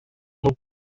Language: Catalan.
molt